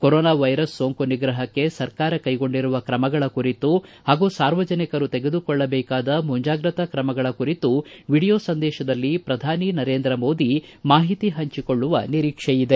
corona virus ಸೋಂಕು ನಿಗ್ರಹಕ್ಕೆ ಸರ್ಕಾರ ಕ್ಕೆಗೊಂಡಿರುವ ಕ್ರಮಗಳ ಕುರಿತು ಹಾಗೂ ಸಾರ್ವಜನಿಕರು ತೆಗೆದುಕೊಳ್ಳಬೇಕಾದ ಮುಂಜಾಗ್ರತಾ ಕ್ರಮಗಳ ಕುರಿತು ವಿಡಿಯೋ ಸಂದೇತದಲ್ಲಿ ಪ್ರಧಾನಮಂತ್ರಿ ನರೇಂದ್ರ ಮೋದಿ ಮಾಹಿತಿ ಹಂಚಿಕೊಳ್ಳುವ ನಿರೀಕ್ಷೆ ಇದೆ